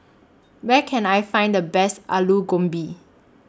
Where Can I Find The Best Alu Gobi